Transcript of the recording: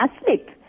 asleep